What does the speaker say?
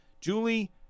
Julie